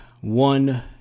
one